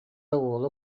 уолу